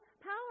power